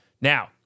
Now